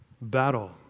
Battle